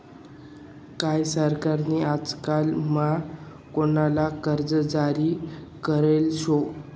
काय सरकार नी आजकाल म्हा कोणता कर्ज जारी करेल शे